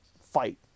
fight